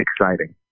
exciting